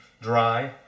dry